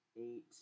Eight